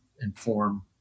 inform